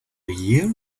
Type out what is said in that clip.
year